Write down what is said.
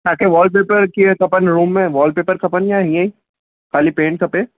तव्हांखे वॉलपेपर कीअं खपनि रूम में वॉलपेपर खपनि या हीअं ई ख़ाली पेंट खपे